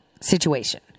situation